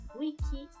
wiki